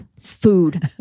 food